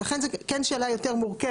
ולכן זו כן שאלה יותר מורכבת,